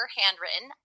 handwritten